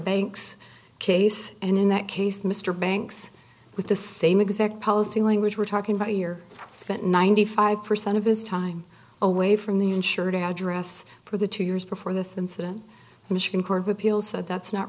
banks case and in that case mr banks with the same exact policy language were talking about a year spent ninety five percent of his time away from the insured address for the two years before this incident michigan court of appeals said that's not